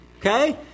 Okay